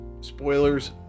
spoilers